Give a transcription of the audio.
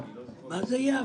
מה זה יאפשר?